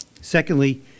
Secondly